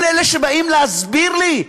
כל אלה שבאים להסביר לי,